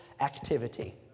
activity